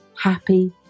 happy